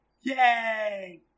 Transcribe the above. Yay